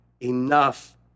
enough